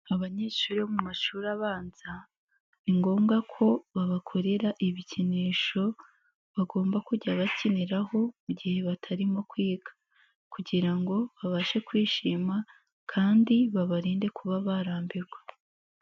Abanyeshuri bo mu mashuri abanza, ni ngombwa ko babakorera ibikinisho, bagomba kujya bakiniraho mu gihe batarimo kwiga kugira ngo babashe kwishima kandi babarinde kuba barambirwa.